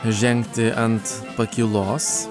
žengti ant pakylos